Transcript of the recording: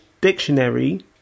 Dictionary